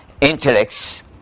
intellects